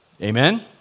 Amen